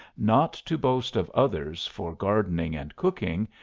not to boast of others for gardening and cooking,